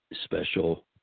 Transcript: special